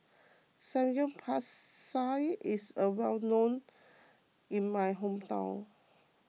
Samgyeopsal is well known in my hometown